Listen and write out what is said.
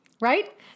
Right